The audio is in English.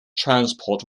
transport